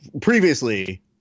previously